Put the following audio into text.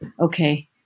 okay